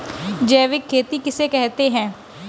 जैविक खेती किसे कहते हैं?